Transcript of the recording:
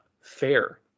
fair